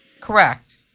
Correct